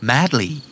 Madly